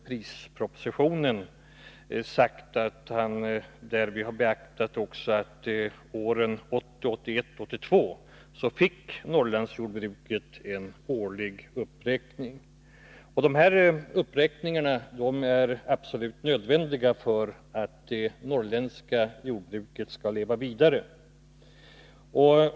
prispropositionen sagt att han därvid också har beaktat att åren 1980, 1981 och 1982 fick Norrlandsjordbruket en årlig uppräkning. Dessa uppräkningar är absolut nödvändiga för att det norrländska jordbruket skall leva vidare.